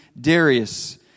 Darius